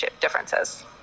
differences